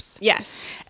Yes